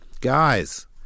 guys